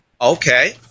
okay